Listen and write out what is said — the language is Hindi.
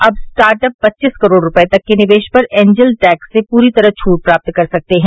अब स्टार्टअप पच्चीस करोड़ रुपये तक के निवेश पर एंजल टैक्स से पूरी तरह छूट प्राप्त कर सकते हैं